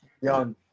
young